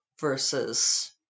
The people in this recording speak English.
versus